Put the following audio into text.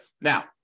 Now